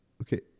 Okay